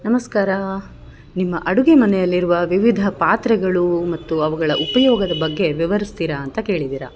ನಮಸ್ಕಾರ ನಿಮ್ಮ ಅಡುಗೆ ಮನೆಯಲ್ಲಿರುವ ವಿವಿಧ ಪಾತ್ರೆಗಳು ಮತ್ತು ಅವುಗಳ ಉಪಯೋಗದ ಬಗ್ಗೆ ವಿವರಿಸ್ತೀರಾ ಅಂತ ಕೇಳಿದ್ದೀರ